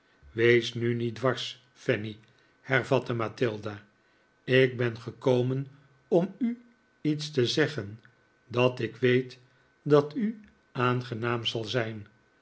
wees nu niet dwars fanny hervatte mathilda ik ben gekomen om u iets te zeggen dat ik weet dat u aangenaam zal zijn